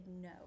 no